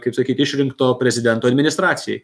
kaip sakyt išrinkto prezidento administracijai